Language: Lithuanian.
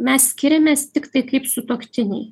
mes skiriamės tiktai kaip sutuoktiniai